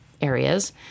areas